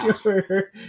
sure